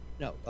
No